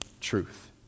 truth